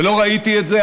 ולא ראיתי את זה,